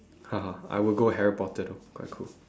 I will go harry potter though quite cool